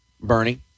Bernie